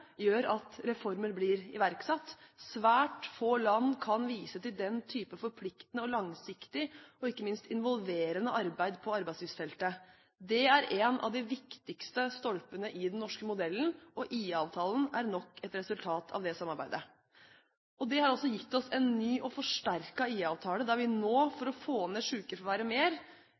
gjør at reformer blir iverksatt. Svært få land kan vise til den type forpliktende, langsiktige og ikke minst involverende arbeid på arbeidslivsfeltet. Det er en av de viktigste stolpene i den norske modellen, og IA-avtalen er nok et resultat av det samarbeidet. Det har gitt oss en ny og forsterket IA-avtale, der vi nå, for å få ned sykefraværet, gjør mer